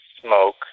smoke